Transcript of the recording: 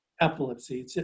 epilepsy